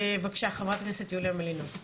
בבקשה חברת הכנסת יוליה מלינובסקי.